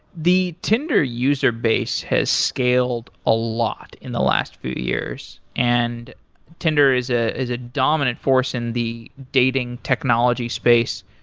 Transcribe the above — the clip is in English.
the tinder user base has scaled a lot in the last few years, and tinder is ah is a dominant force in the dating technology space.